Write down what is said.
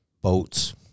boats